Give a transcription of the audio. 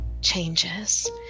changes